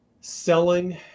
selling